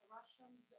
Russians